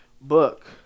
book